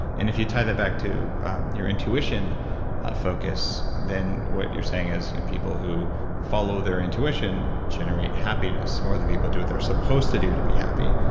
and if you tie that back to your intuition focus, then what you're saying is people who follow their intuition generate happiness more than people do what they're supposed to do to be happy.